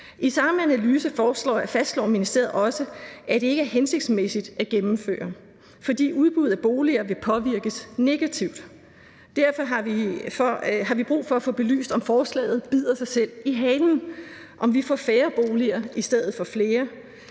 I samme analyse fastslår ministeriet også, at det ikke er hensigtsmæssigt at gennemføre, fordi udbuddet af boliger vil påvirkes negativt. Derfor har vi brug for at få belyst, om forslaget bider sig selv i halen, og om vi får færre boliger i stedet for flere.